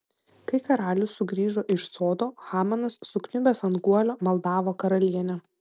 kai karalius sugrįžo iš sodo hamanas sukniubęs ant guolio maldavo karalienę